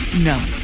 no